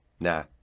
Nah